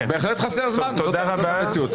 בהחלט חסר זמן, זאת המציאות.